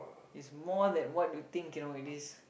is more than what you think you know it is